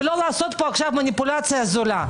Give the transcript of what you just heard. ולא לעשות פה עכשיו מניפולציה זולה.